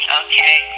okay